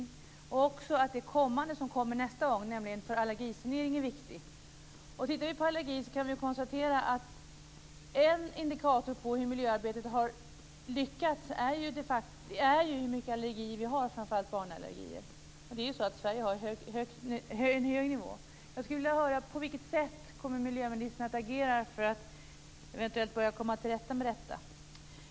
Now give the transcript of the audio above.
Vi menar också att det som kommer nästa gång och som gäller allergisanering är viktigt. Vad gäller allergier kan vi konstatera att en indikator på hur miljöarbetet har lyckats är hur mycket allergier vi har, framför allt barnallergier. Sverige ligger ju därvidlag på en hög nivå. Jag skulle vilja höra på vilket sätt miljöministern kommer att agera för att eventuellt börja komma till rätta med detta.